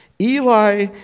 Eli